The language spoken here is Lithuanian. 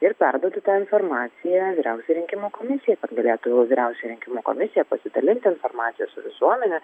ir perduoti tą informaciją vyriausiai rinkimų komisijai galėtų vyriausioji rinkimų komisija pasidalinti informacija su visuomene